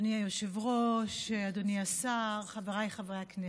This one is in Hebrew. אדוני היושב-ראש, אדוני השר, חבריי חברי הכנסת,